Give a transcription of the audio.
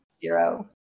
Zero